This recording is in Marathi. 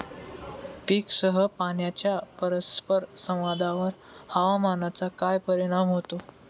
पीकसह पाण्याच्या परस्पर संवादावर हवामानाचा काय परिणाम होतो?